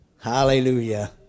Hallelujah